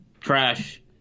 trash